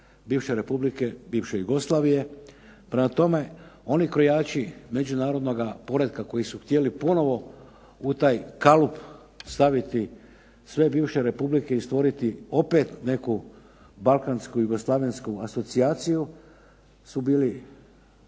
bivše republike bivše Jugoslavije. Prema tome oni krojači međunarodnoga poretka koji su htjeli ponovno u taj kalup staviti sve bivše republike i stvoriti opet neku balkansku jugoslavensku asocijaciju su bili